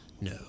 No